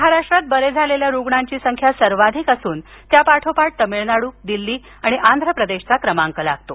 महाराष्ट्रात बरे झालेल्या रूणांची संख्या सर्वाधिक असून त्या पाठोपाठ तामिळनाडू दिल्ली आणि आंध्र प्रदेशचा क्रमांक आहे